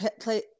play